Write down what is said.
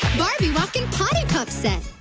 barbie walking potty pup set,